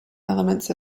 elements